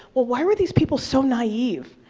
well why were these people so naive?